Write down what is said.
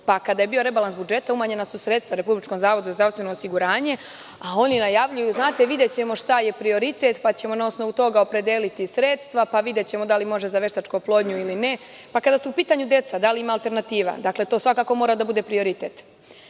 je bio rebalans budžeta, umanjena su sredstva u Republičkom zavodu za zdravstveno osiguranje, a oni najavljuju, znate šta, videćemo šta je prioritet, pa ćemo na osnovu toga opredeliti sredstva, pa ćemo videti da li može za veštačku oplodnju ili ne. Kada su u pitanju deca, da li ima alternativa? Dakle, to svakako mora da bude prioritet.